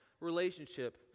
relationship